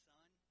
Son